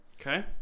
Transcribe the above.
Okay